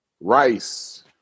Rice